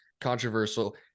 controversial